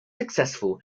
successful